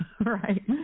right